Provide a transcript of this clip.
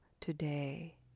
today